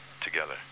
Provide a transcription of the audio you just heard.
together